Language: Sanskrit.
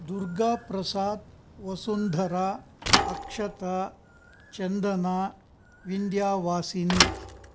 दुर्गाप्रसाद् वसुन्धरा अक्षता चन्दना विन्द्यावासिनी